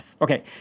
Okay